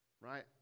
right